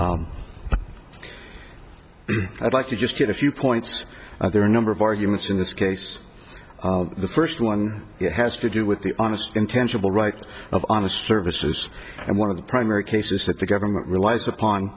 you i'd like to just get a few points there are a number of arguments in this case the first one has to do with the honest intangible right of on the services and one of the primary cases that the government relies upon